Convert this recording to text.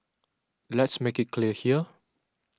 let's make it clear here